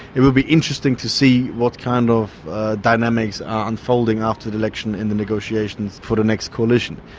it will be interesting to see what kind of dynamics are unfolding after the election in the negotiations for the next coalition,